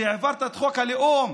שהעברת את חוק הלאום,